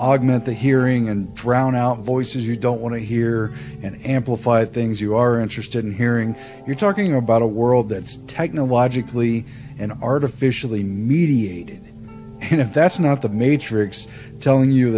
augment the hearing and drown out voices you don't want to hear and amplify things you are interested in hearing you're talking about a world that's technologically and artificially mediated and if that's not the matrix telling you